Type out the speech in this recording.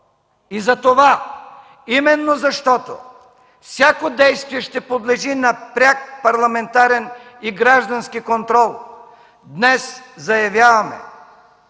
И затова, именно защото всяко действие ще подлежи на пряк парламентарен и граждански контрол, днес заявяваме: